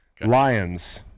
Lions